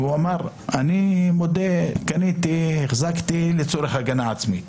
ואמר: החזקתי אותו לצורך הגנה עצמית,